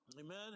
amen